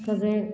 सगळें